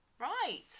Right